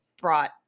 brought